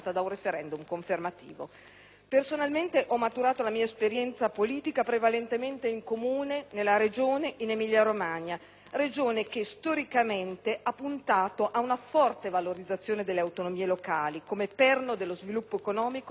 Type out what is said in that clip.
Io ho maturato la mia esperienza politica prevalentemente in Comune e nella Regione Emilia Romagna, la quale storicamente ha puntato ad una forte valorizzazione delle autonomie locali come perno dello sviluppo economico e della qualità sociale.